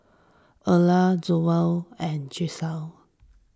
Erla Zollie and Jalissa